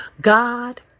God